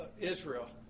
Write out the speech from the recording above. Israel